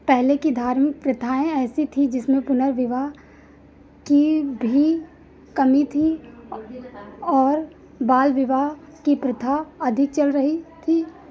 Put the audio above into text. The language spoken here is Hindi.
पहले की धार्मिक प्रथाएं ऐसी थी जिसमें पुनर्विवाह की भी कमी थी और बाल विवाह की प्रथा अधिक चल रही थी